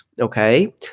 okay